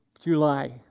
July